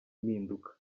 impinduka